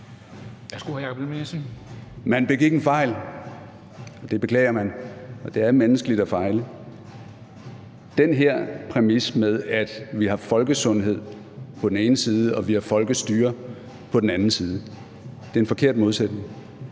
Man begik en fejl, det beklager man, og det er menneskeligt at fejle. Den her præmis med, at vi har folkesundhed på den ene side og folkestyre på den anden side, er en forkert modsætning.